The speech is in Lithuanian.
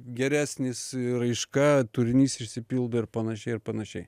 geresnis raiška turinys išsipildo ir panašiai ir panašiai